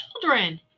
children